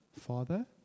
Father